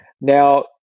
Now